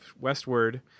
westward